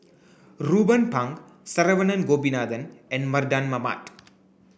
Ruben Pang Saravanan Gopinathan and Mardan Mamat